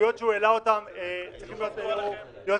ההסתייגויות שהוא העלה אותן היו אמורות